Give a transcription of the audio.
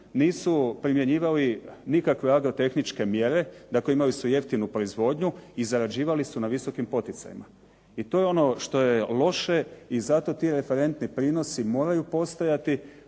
nisu primjenjivali nikakve agrotehničke mjere, dakle imali su jeftinu proizvodnju i zarađivali su na visokim poticajima. I to je ono što je loše i zato ti referentni prinosi moraju postojati,